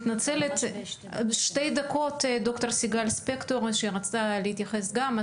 אבל קודם שתי דקות לד"ר סיגל ספקטור שרצתה להתייחס גם,